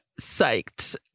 psyched